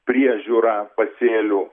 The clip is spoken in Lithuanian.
priežiūra pasėlių